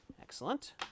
Excellent